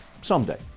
someday